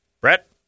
Brett